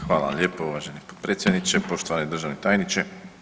Hvala vam lijepo uvaženi potpredsjedniče, poštovani državni tajniče.